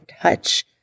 touch